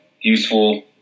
useful